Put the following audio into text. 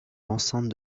l’enceinte